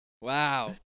wow